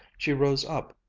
she rose up,